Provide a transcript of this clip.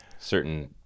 certain